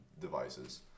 devices